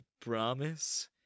promise